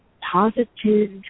positive